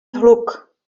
hluk